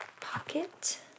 pocket